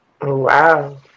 Wow